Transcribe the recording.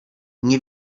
nie